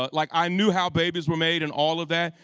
um like i knew how babies were made and all of that.